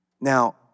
Now